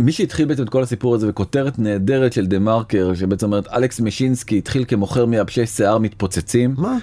מי שהתחיל באמת את כל הסיפור הזה, בכותרת נהדרת של דה מרקר שבעצם אומרת "אלכס משינסקי התחיל כמוכר מייבשי שיער מתפוצצים"... מה?!